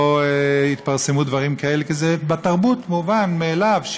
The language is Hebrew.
כי בתרבות זה מובן מאליו,